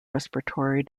respiratory